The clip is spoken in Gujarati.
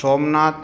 સોમનાથ